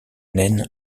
naine